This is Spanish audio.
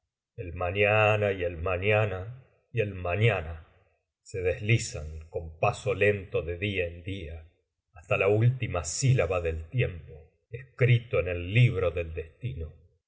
mañana y el mañana y el mañana se deslizan con paso lento de día en día hasta la última sílaba del tiempo escrito en el libro del destino